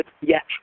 Yes